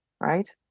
right